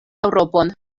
eŭropon